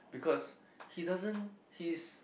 because he doesn't he is